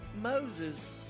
Moses